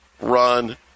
run